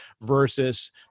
versus